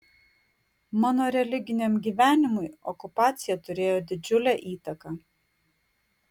mano religiniam gyvenimui okupacija turėjo didžiulę įtaką